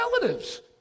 relatives